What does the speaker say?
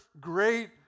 great